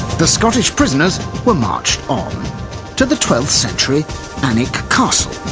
the scottish prisoners were marched on to the twelfth century alnwick castle.